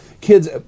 kids